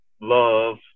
love